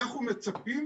אנחנו מצפים.